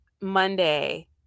Monday